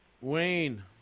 Wayne